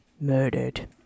murdered